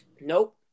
Nope